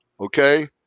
okay